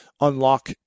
unlock